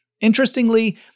Interestingly